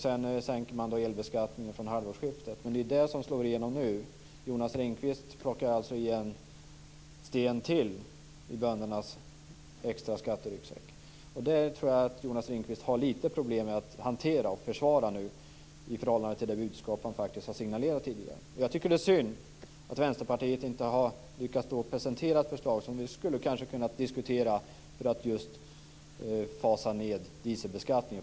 Sedan sänker man elbeskattningen från halvårsskiftet, men det är detta som slår igenom nu. Jonas Ringqvist plockar alltså ned en sten till i böndernas extra skatteryggsäck, och det tror jag att han har lite problem med att hantera och försvara i förhållande till det budskap han har signalerat tidigare. Jag tycker att det är synd att Vänsterpartiet inte har lyckats presentera ett förslag som vi kanske kunde ha diskuterat för att fasa ned dieselbeskattningen.